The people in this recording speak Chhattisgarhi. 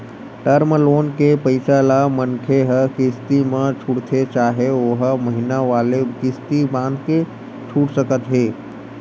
टर्म लोन के पइसा ल मनखे ह किस्ती म छूटथे चाहे ओहा महिना वाले किस्ती बंधाके छूट सकत हे